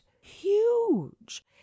huge